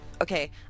okay